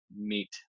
meet